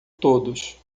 todos